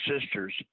sisters